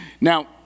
Now